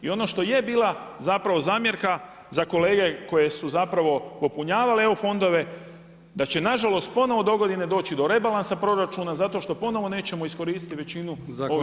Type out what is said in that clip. I ono što je bila zapravo zamjerka za kolege koje su zapravo popunjavale EU fondove da će na žalost ponovno dogodine doći do rebalansa proračuna zato što ponovno nećemo iskoristiti većinu ovih EU sredstava.